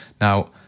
Now